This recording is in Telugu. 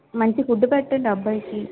మంచి ఫుడ్ పెట్టండి అబ్బాయికి